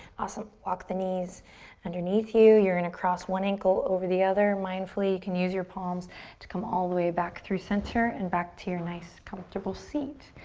awesome. walk the knees underneath you. you're gonna cross on ankle over the other. mindfully, you can use your palms to come all the way back through center and back to your nice comfortable seat.